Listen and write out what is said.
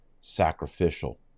sacrificial